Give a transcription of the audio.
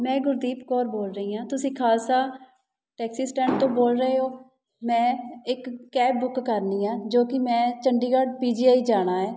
ਮੈਂ ਗੁਰਦੀਪ ਕੌਰ ਬੋਲ ਰਹੀ ਹਾਂ ਤੁਸੀਂ ਖਾਲਸਾ ਟੈਕਸੀ ਸਟੈਂਡ ਤੋਂ ਬੋਲ ਰਹੇ ਹੋ ਮੈਂ ਇੱਕ ਕੈਬ ਬੁੱਕ ਕਰਨੀ ਆ ਜੋ ਕਿ ਮੈਂ ਚੰਡੀਗੜ੍ਹ ਪੀ ਜੀ ਆਈ ਜਾਣਾ ਹੈ